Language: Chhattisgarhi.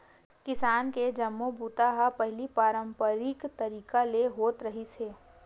किसानी के जम्मो बूता ह पहिली पारंपरिक तरीका ले होत रिहिस हे